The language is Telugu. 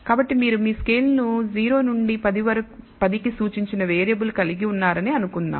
కాబట్టి మీరు మీ స్కేల్ను 0 నుండి 10 కి సూచించిన వేరియబుల్ కలిగి ఉన్నారని అనుకుందాం